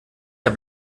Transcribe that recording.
der